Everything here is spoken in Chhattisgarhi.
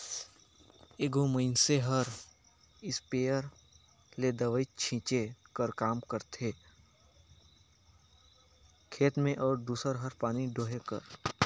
एगोट मइनसे हर इस्पेयर ले दवई छींचे कर काम करथे खेत में अउ दूसर हर पानी डोहे कर